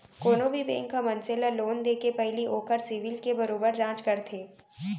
कोनो भी बेंक ह मनसे ल लोन देके पहिली ओखर सिविल के बरोबर जांच करथे